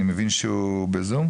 אני מבין שהוא בזום.